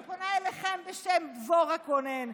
אני פונה אליכם בשם דבורה גונן,